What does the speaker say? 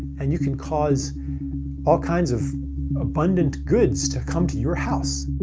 and you can cause all kinds of abundant goods to come to your house.